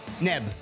Neb